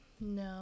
No